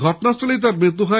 ঘটনাস্হলেই তাঁর মৃত্যু হয়